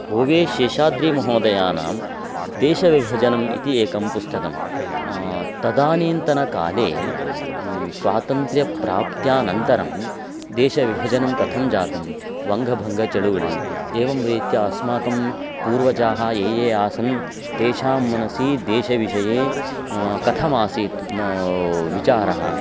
होवे शेषाद्रिमहोदयानां देशविभजनम् इति एकं पुस्तकं तदानीन्तनकाले स्वातन्त्र्यप्राप्त्यानन्तरं देशविभजनं कथं जातं वङ्गभङ्गचलुवळि एवं रीत्या अस्माकं पूर्वजाः ये ये आसन् तेषां मनसि देशविषये कथमासीत् विचारः